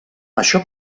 això